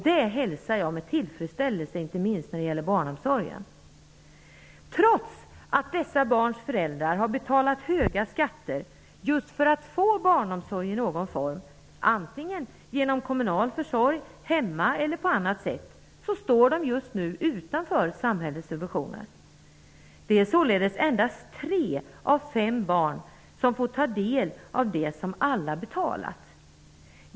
Det hälsar jag med tillfredsställelse, inte minst när det gäller barnomsorgen. Trots att dessa barns föräldrar betalat höga skatter just för att få barnomsorg i någon form, antingen genom kommunal försorg, hemma eller på annat sätt, står de nu utanför samhällets subventioner. Det är således endast tre av fem barn som får ta del av det som alla betalat.